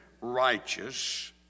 righteous